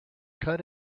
cut